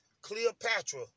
Cleopatra